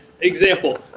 example